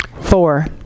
Four